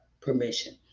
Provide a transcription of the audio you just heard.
permission